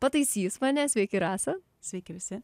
pataisys mane sveiki rasą sveiki visi